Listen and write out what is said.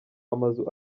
amazu